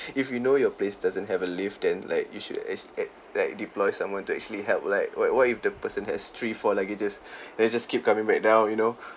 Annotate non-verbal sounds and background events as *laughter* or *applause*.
if you know your place doesn't have a lift then like you should ac~ act~ like deploy someone to actually help like what what if the person has three four luggages *breath* then you just keep coming back down you know